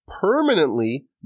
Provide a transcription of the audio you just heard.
permanently